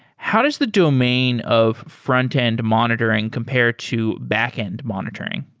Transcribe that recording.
how does the domain of frontend monitoring compare to backend monitoring?